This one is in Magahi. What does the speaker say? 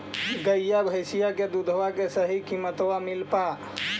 गईया भैसिया के दूधबा के सही किमतबा मिल पा?